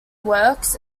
works